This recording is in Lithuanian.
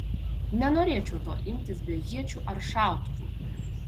nenorėčiau to imtis be iečių ar šautuvų